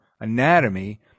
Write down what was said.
anatomy